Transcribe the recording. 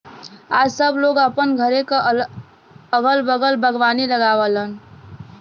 आज सब लोग अपने घरे क अगल बगल बागवानी लगावलन